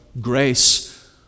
grace